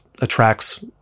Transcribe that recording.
attracts